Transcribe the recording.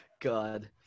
God